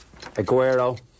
Aguero